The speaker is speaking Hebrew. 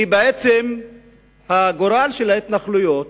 כי בעצם את הגורל של ההתנחלויות,